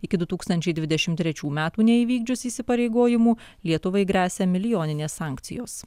iki du tūkstančiai dvidešimt trečių metų neįvykdžius įsipareigojimų lietuvai gresia milijoninės sankcijos